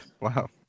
Wow